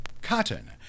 Cotton